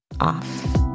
off